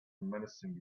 menacing